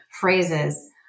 phrases